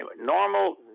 normal